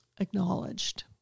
acknowledged